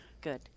good